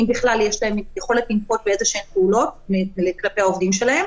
אם בכלל יש להם יכולת לנקוט באיזשהן פעולות כלפי העובדים שלהם.